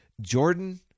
Jordan